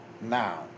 now